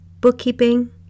bookkeeping